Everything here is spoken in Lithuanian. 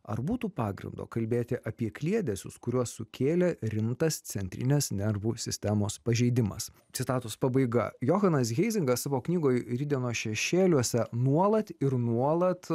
ar būtų pagrindo kalbėti apie kliedesius kuriuos sukėlė rimtas centrinės nervų sistemos pažeidimas citatos pabaiga johanas heizinga savo knygoj rytdienos šešėliuose nuolat ir nuolat